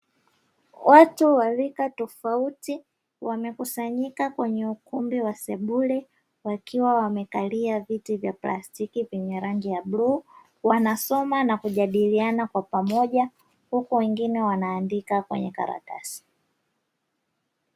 Watu wa rika tofauti wamekusanyika kwenye ukumbi wa sebule, wakiwa wamekalia viti vya plastiki vyenye rangi ya bluu wanasoma, na kujadiliana kwa pamoja huko wengine wanaandika kwenye karatasi.